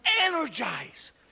energize